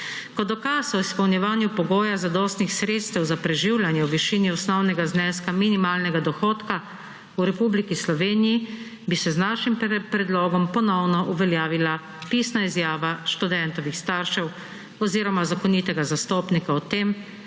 Kot dokaz o izpolnjevanju pogoja zadostnih sredstev za preživljanje v višini osnovnega zneska minimalnega dohodka v Republiki Sloveniji, bi se z našim predlogom ponovno uveljavila pisna izjava študentovih staršev oziroma zakonitega zastopnika o tem,